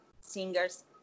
singers